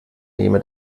neme